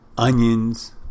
Onions